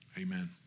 Amen